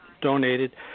donated